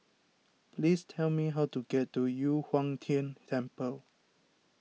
please tell me how to get to Yu Huang Tian Temple